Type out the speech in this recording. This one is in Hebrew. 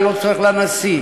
ללא צורך בנשיא,